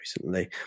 recently